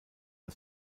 das